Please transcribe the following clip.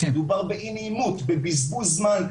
מדובר באי נעימות בבזבוז זמן,